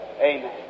Amen